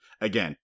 Again